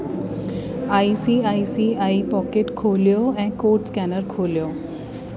I C I C I pocket खोलियो ऐं code scanner खोलियो